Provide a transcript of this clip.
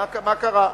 מה קרה?